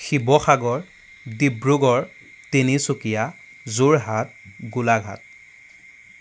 Sivasagar Dibrugarh Tinsukia Jorhat Golaghat